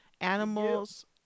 animals